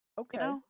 Okay